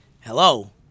Hello